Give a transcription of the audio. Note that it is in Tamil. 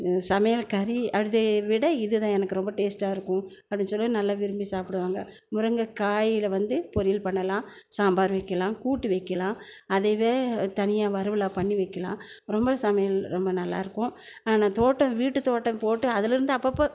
சமையல் கறி அதைவிட இது தான் எனக்கு ரொம்ப டேஸ்ட்டாக இருக்கும் அப்படின்னு சொல்லி நல்லா விரும்பி சாப்பிடுவாங்க முருங்கக்காயில் வந்து பொரியல் பண்ணலாம் சாம்பார் வைக்கலாம் கூட்டு வைக்கலாம் அதுவே தனியாக வறுவலாக பண்ணி வைக்கலாம் ரொம்ப சமையல் ரொம்ப நல்லா இருக்கும் ஆனால் தோட்டம் வீட்டுத் தோட்டம் போட்டு அதுலருந்து அப்போ அப்போ